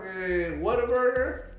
Whataburger